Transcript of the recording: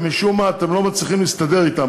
ומשום מה אתם לא מצליחים להסתדר אתם.